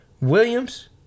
Williams